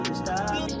stop